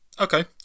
Okay